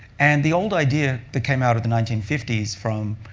and the old idea that came out of the nineteen fifty s from